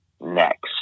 next